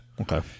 Okay